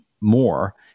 more